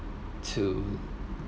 to